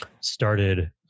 started